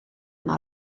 yma